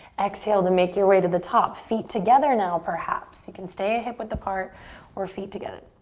exhale to make your way to the top. feet together now perhaps. you can stay hip width apart or feet together.